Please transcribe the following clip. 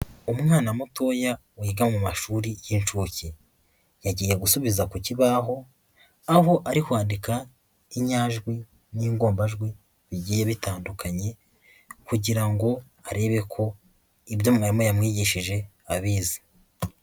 Umwana mutoya wiga mu mashuri y'inshuke. Yagiye gusubiza ku kibaho, aho ari kwandika inyajwi n'ingombajwi bigiye bitandukanye, kugira ngo arebe ko ibyo mwarimu yamwigishije abizi.